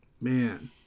Man